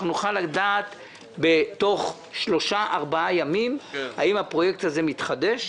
שנוכל לדעת בתוך שלושה ארבעה ימים האם הפרויקט הזה מתחדש,